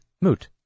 Moot